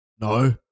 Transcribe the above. No